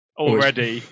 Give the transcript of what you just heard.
already